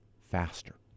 faster